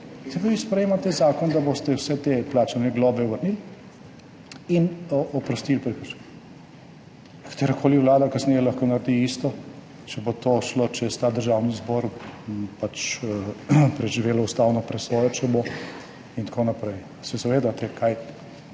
vi sprejemate zakon, da boste vse te plačane globe vrnili in oprostili prekrške. Katerakoli vlada kasneje lahko naredi isto, če bo to šlo čez ta državni zbor, če bo pač preživelo ustavno presojo in tako naprej. Se zavedate, kaj